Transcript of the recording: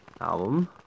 album